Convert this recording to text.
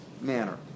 manner